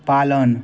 पालन